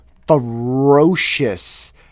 ferocious